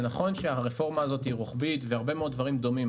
זה נכון שהרפורמה הזאת היא רוחבית והרבה מאוד דברים דומים,